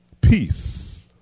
peace